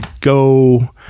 go